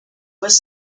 was